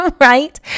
right